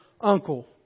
Uncle